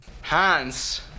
Hans